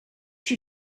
she